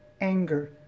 anger